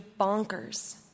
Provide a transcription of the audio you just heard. bonkers